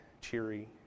cheery